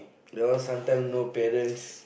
know sometimes no parents